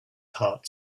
heart